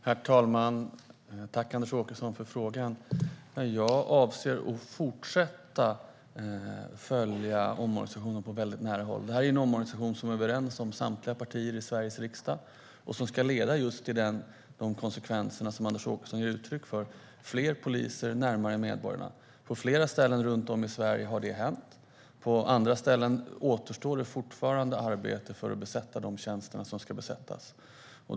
Herr talman! Jag tackar Anders Åkesson för frågan. Jag avser att fortsätta att följa omorganisationen på nära håll. Samtliga partier i Sveriges riksdag är överens om denna omorganisation, och den ska ge just de konsekvenser som Anders Åkesson ger uttryck för: fler poliser närmare medborgarna. På flera ställen runt om i Sverige har detta hänt. På andra ställen återstår det fortfarande arbete för att besätta de tjänster som ska besättas.